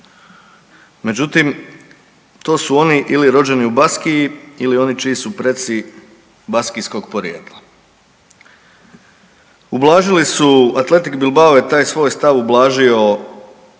međutim to su oni ili rođeni u Baskiji ili oni čiji su preci Baskijskog podrijetla. Ublažili su Athletik Bilbao je taj svoj stav ublažio